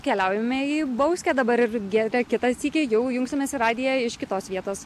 keliaujame į bauskę dabar ir giedre kitą sykį jau jungsimės į radiją iš kitos vietos